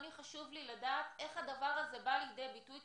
חשוב לי לדעת איך הדבר הזה בא לידי ביטוי,